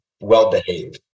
well-behaved